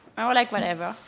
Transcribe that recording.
i like, whenever.